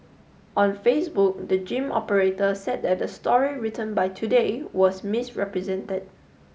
on Facebook the gym operator said that the story written by today was misrepresented